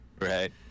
Right